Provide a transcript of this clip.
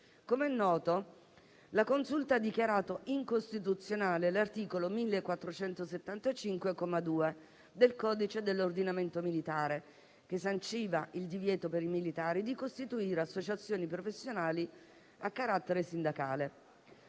Come noto, la Consulta ha dichiarato incostituzionale l'articolo 1.475, comma 2, del codice dell'ordinamento militare, che sanciva il divieto per i militari di costituire associazioni professionali a carattere sindacale.